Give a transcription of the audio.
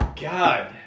God